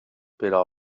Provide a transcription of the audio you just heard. però